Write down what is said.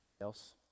else